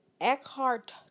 Eckhart